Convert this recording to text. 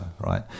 right